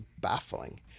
baffling